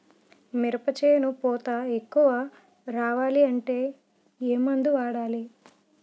మినప చేను పూత ఎక్కువ రావాలి అంటే ఏమందు వాడాలి?